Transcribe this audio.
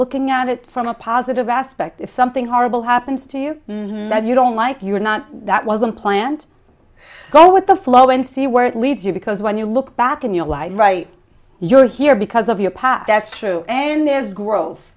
looking at it from a positive aspect if something horrible happens to you that you don't like you or not that was unplanned go with the flow and see where it leads you because when you look back in your life right you're here because of your past that's true and there's gro